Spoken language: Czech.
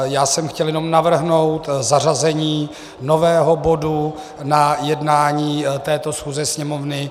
Já jsem chtěl jenom navrhnout zařazení nového bodu na jednání této schůze Sněmovny.